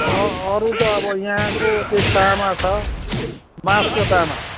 अँ अरू त अब यहाँको त्यो तामा छ बाँसको तामा